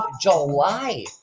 July